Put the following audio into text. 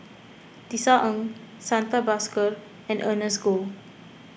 Tisa Ng Santha Bhaskar and Ernest Goh